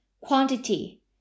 Quantity